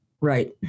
Right